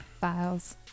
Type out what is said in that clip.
files